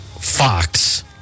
Fox